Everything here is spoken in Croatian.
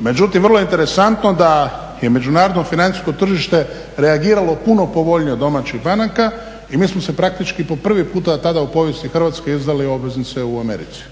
Međutim, vrlo je interesantno da je međunarodno financijsko tržište reagiralo puno povoljnije od domaćih banaka i mi smo se praktički po prvi puta tada u povijesti Hrvatske izdali obveznice u Americi